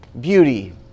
beauty